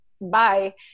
bye